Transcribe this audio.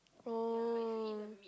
oh